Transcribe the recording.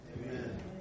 Amen